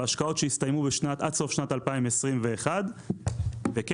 בהשקעות שהסתיימו עד סוף שנת 2021. אני